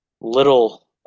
little